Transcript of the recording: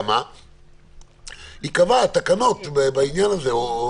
ייקבעו התקנות בעניין הזה.